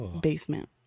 basement